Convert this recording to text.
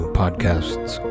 podcasts